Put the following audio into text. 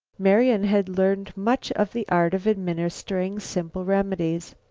marian had learned much of the art of administering simple remedies.